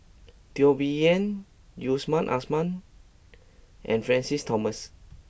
Teo Bee Yen Yusman Aman and Francis Thomas